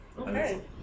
Okay